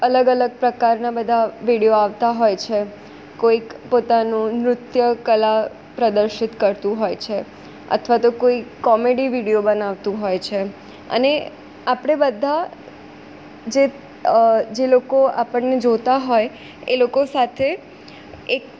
અલગ અલગ પ્રકારના બધા વિડીયો આવતા હોય છે કોઈક પોતાનું નૃત્યકલા પ્રદર્શિત કરતું હોય છે અથવા તો કોઈ કોમેડી વિડીયો બનાવતું હોય છે અને આપણે બધા જે જે લોકો આપણને જોતા હોય એ લોકો સાથે એક